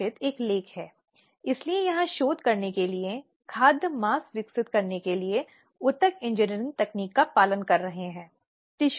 एक और महत्वपूर्ण बात यह है कि यह यौन उत्पीड़न अधिनियम संगठन के स्तर पर समस्या का समाधान करना चाहता है